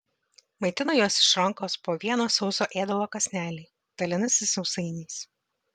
maitina juos iš rankos po vieną sauso ėdalo kąsnelį dalinasi sausainiais